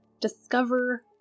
discover